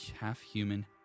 half-human